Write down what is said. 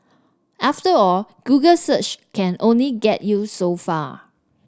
after all Google search can only get you so far